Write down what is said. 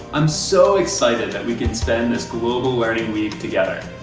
i'm so excited that we can spend this global learning week together.